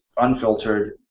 unfiltered